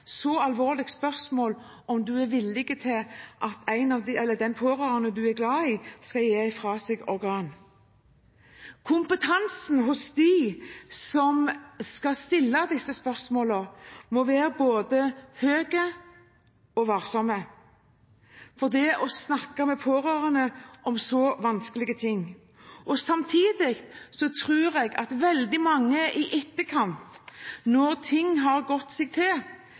så alvorlig spørsmål, nemlig om en er villig til å la den en er glad i, gi fra seg organ. Kompetansen hos dem som skal stille disse spørsmålene, må være høy, og de må være varsomme når de skal snakke med pårørende om så vanskelige ting. Samtidig tror jeg at veldig mange i etterkant, når ting har gått seg til,